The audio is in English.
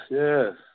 yes